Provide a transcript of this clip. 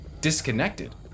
disconnected